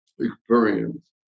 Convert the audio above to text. experience